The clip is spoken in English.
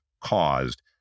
caused